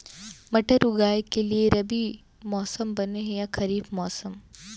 मटर उगाए के लिए रबि मौसम बने हे या खरीफ मौसम?